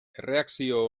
erreakzio